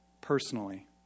personally